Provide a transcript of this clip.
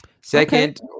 second